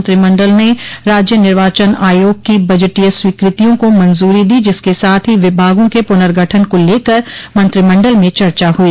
मंत्रिमंडल ने राज्य निर्वाचन आयोग की बजटीय स्वीकृतियों को मंजूरी दी जिसके साथ ही विभागों के प्रनर्गठन को लेकर मंत्रिमंडल में चर्चा हुई